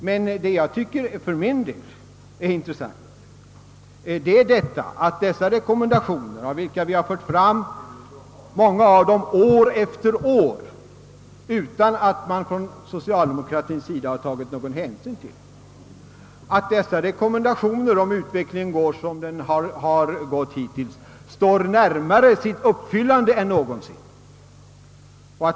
Men vad jag för min del tycker är intressant är att dessa rekommendationer, av vilka vi fört fram många år efter år utan att man från socialdemokratiens sida har tagit någon hänsyn till dem, står närmare sitt uppfyllande än någonsin.